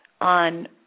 on